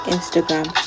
Instagram